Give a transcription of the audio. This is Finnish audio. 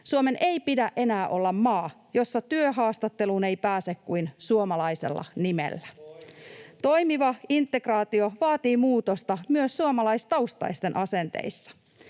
Suomen ei pidä enää olla maa, jossa työhaastatteluun ei pääse kuin suomalaisella nimellä. Toimiva integraatio vaatii muutosta myös suomalaistaustaisten asenteissa.